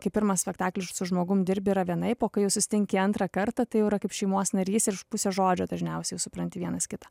kai pirmą spektaklį su žmogum dirbi yra vienaip o kai susitinki antrą kartą tai yra kaip šeimos narys iš pusės žodžio dažniausiai supranti vienas kitą